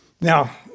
Now